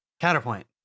Counterpoint